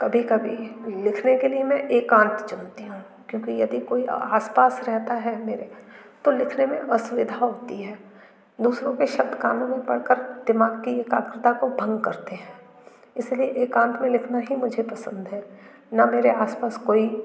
कभी कभी लिखने के लिए मैं एकांत चुनती हूँ क्योंकि यदि कोई आस पास रहता है मेरे तो लिखने में असुविधा होती है दूसरों के शब्द कानों में पड़ कर दिमाग़ की एकग्रता को भंग करते हैं इस लिए एकांत में लिखना ही मुझे पसंद है ना मेरे आस पास कोई